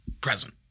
present